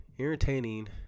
entertaining